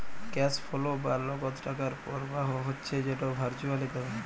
cash flow বা লগদ টাকার পরবাহ হচ্যে যেট ভারচুয়ালি ক্যরা হ্যয়